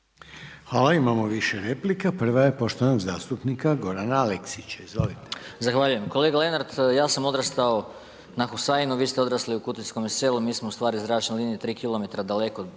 (HDZ)** Imamo više replika, prva je poštovanog zastupnika Gorana Aleksića, izvolite. **Aleksić, Goran (SNAGA)** Zahvaljujem. Kolega Lenart, ja sam odrastao na Husainu, vi ste odrasli u Kutinskome selu, mi smo ustvari zračnom linijom 3 km daleko